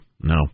No